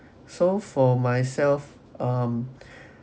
so for myself um